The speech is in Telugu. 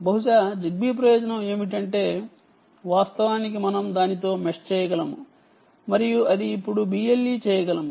బహుశా జిగ్బీ ప్రయోజనం ఏమిటంటే చూడండి సమయం 1031 వాస్తవానికి మనం దానితో మెష్ చేయగలము మరియు అది ఇప్పుడు BLE చేయగలదు